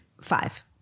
five